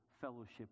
fellowship